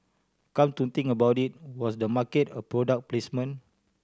come to think about it was the market a product placement